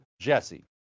JESSE